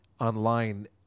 online